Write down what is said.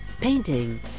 painting